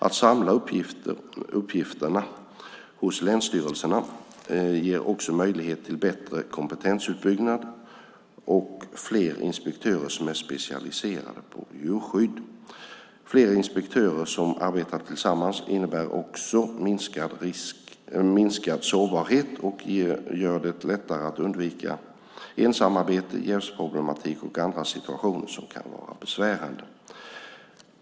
Att samla uppgifterna hos länsstyrelserna ger också möjlighet till bättre kompetensuppbyggnad och fler inspektörer som är specialiserade på djurskydd. Fler inspektörer som arbetar tillsammans innebär också minskad sårbarhet och gör det lättare att undvika ensamarbete, jävsproblematik och andra situationer som kan vara besvärande.